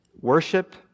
worship